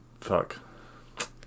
fuck